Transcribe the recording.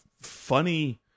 funny